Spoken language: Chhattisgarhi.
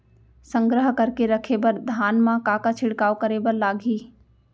संग्रह करके रखे बर धान मा का का छिड़काव करे बर लागही?